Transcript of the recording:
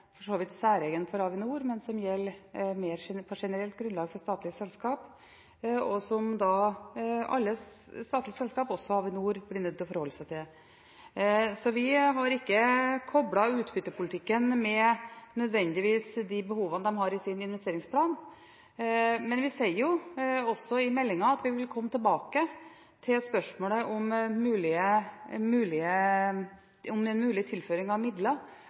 for så vidt ikke er særegen for Avinor, men som på generelt grunnlag gjelder for statlige selskap, og som alle statlige selskap – også Avinor – blir nødt til å forholde seg til. Så vi har ikke koblet utbyttepolitikken med de behovene de nødvendigvis har i sin investeringsplan, men vi sier jo også i meldingen at vi vil komme tilbake til spørsmålet om en mulig tilføring av midler,